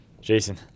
Jason